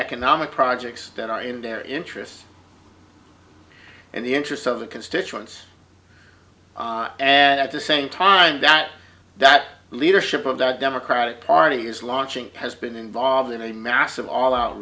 economic projects that are in their interests and the interests of the constituents and at the same time that that leadership of that democratic party is launching has been involved in a massive all out